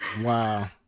Wow